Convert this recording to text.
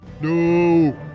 No